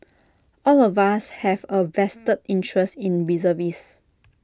all of us have A vested interest in reservist